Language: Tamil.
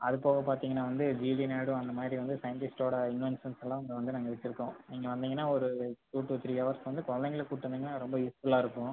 அது போக பார்த்திங்கனா வந்து ஜிவி நாய்டு அந்த மாதிரி வந்து சைண்டிஸ்ட்டோட இன்வெண்ஷன்ஸ்லாம் அங்கே வந்து நாங்கள் வச்சுருக்கோம் நீங்கள் வந்திங்கன்னா ஒரு டூ டூ த்ரீ ஹவர்ஸ்க்கு வந்து குழந்தைங்கள கூட்டு வந்திங்கனா ரொம்ப யூஸ்ஃபுல்லாக இருக்கும்